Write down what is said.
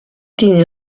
tiene